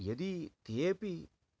यदि तेऽपि न भवन्ति